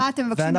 מה אתם מבקשים?